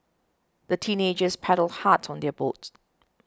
the teenagers paddled hard on their boat